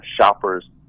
shoppers